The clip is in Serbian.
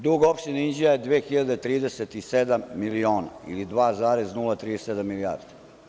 Dug opštine Inđija je 2.037 miliona, ili 2,037 milijardi.